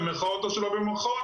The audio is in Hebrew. במירכאות או שלא במירכאות,